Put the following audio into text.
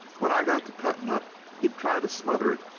when i got to cutting up he'd try to smother it,